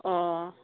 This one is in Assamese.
অঁ